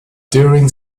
during